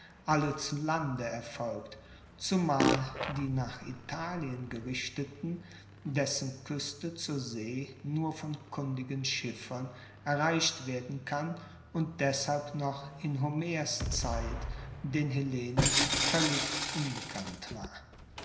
alle zu lande erfolgt zumal die nach italien gerichteten dessen kueste zur see nur von kundigen schiffern erreicht werden kann und deshalb noch in homers zeit den hellenen voellig unbekannt war